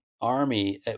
army